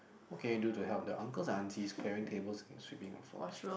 what can you do to help the uncles and aunties carrying tables and sweeping the floors